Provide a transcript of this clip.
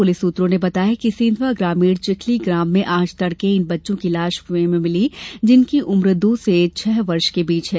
police सूत्रों ने बताया कि सेंधवा ग्रामीण चिखली ग्राम में आज तड़के इन बच्चों की लाश कुएं में मिली जिनकी उम्र दो से छह वर्ष के बीच है